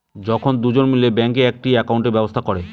যখন দুজন মিলে ব্যাঙ্কে একটি একাউন্টের ব্যবস্থা করে